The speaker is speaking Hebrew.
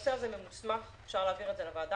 הנושא הזה ממוסמך אפשר להעביר את זה לוועדה,